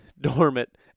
dormant